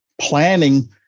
planning